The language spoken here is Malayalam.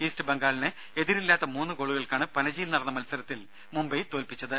ഈസ്റ്റ് ബംഗാളിനെ എതിരില്ലാത്ത മൂന്ന് ഗോളുകൾക്കാണ് പനജിയിൽ നടന്ന മത്സരത്തിൽ മുംബൈ തോൽപ്പിച്ചത്